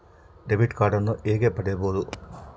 Debit ಕಾರ್ಡನ್ನು ಹೇಗೆ ಪಡಿಬೋದು?